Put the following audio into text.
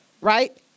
right